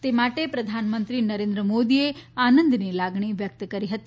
તે માટે પ્રધાનમંત્રી નરેન્દ્ર મોદીએ આનંદની લાગણી વ્યકત કરી હતી